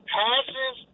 passes